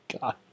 god